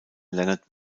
leonard